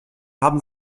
haben